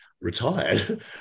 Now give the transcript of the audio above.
retired